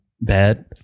bad